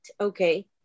okay